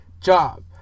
job